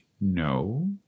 No